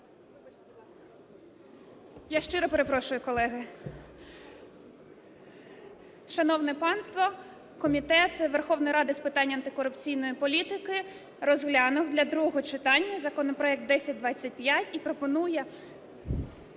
Я щиро перепрошую, колеги. Шановне панство, Комітет Верховної Ради з питань антикорупційної політики розглянув для другого читання законопроект 1025 і пропонує,